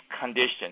conditions